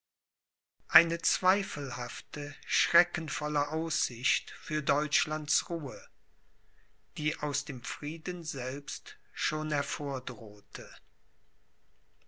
eine zweifelhafte schreckenvolle aussicht für deutschlands ruhe die aus dem frieden selbst schon